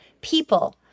people